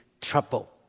trouble